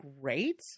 great